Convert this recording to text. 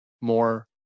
more